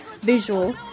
visual